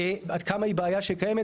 עד כמה היא בעיה שקיימת.